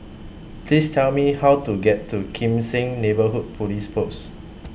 Please Tell Me How to get to Kim Seng Neighbourhood Police Post